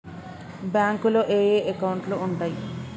బ్యాంకులో ఏయే అకౌంట్లు ఉంటయ్?